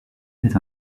est